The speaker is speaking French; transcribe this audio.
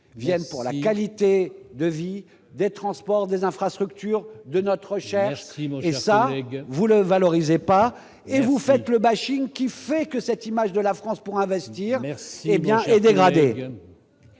viennent pour la qualité de vie des transports, des infrastructures de notre recherche et ça vous le valorisait pas et vous faites le bashing qui fait que cette image de la France pour investir, merci, hé bien est dégradée.